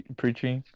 preaching